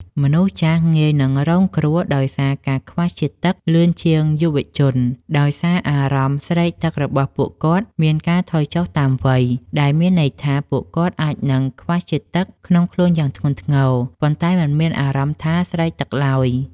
មនុស្សចាស់ងាយនឹងរងគ្រោះដោយសារការខ្វះជាតិទឹកលឿនជាងយុវជន ដោយសារអារម្មណ៍ស្រេកទឹករបស់ពួកគាត់មានការថយចុះតាមវ័យ ដែលមានន័យថាពួកគាត់អាចនឹងខ្វះជាតិទឹកក្នុងខ្លួនយ៉ាងធ្ងន់ធ្ងរ ប៉ុន្តែមិនមានអារម្មណ៍ថាស្រេកទឹកឡើយ។